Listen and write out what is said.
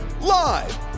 Live